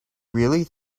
really